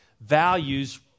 values